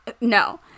No